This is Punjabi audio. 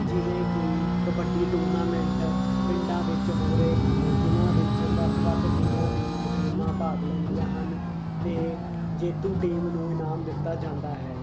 ਜਿਵੇਂ ਕਿ ਕਬੱਡੀ ਟੂਰਨਾਮੈਂਟ ਪਿੰਡਾਂ ਵਿੱਚ ਹੋ ਰਹੇ ਹਨ ਜਿਹਨਾਂ ਵਿੱਚ ਵੱਖ ਵੱਖ ਜ਼ਿਲ੍ਹਿਆਂ ਦੀਆਂ ਟੀਮਾਂ ਭਾਗ ਲੈਂਦੀਆਂ ਹਨ ਤੇ ਜੇਤੂ ਟੀਮ ਨੂੰ ਇਨਾਮ ਦਿੱਤਾ ਜਾਂਦਾ ਹੈ